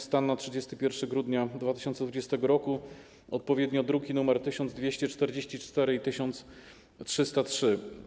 Stan na 31 grudnia 2020 r.”, odpowiednio druki nr 1244 i 1303.